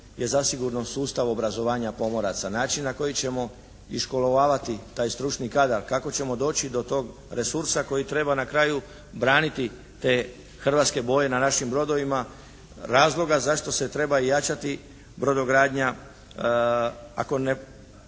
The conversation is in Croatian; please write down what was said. je zasigurno sustav obrazovanja pomoraca, način na koji ćemo iškolovavati taj stručni kadar, kako ćemo doći do tog resursa koji treba na kraju braniti te hrvatske boje na našim brodovima, razloga zašto se treba i jačati brodogradnja. Ako ne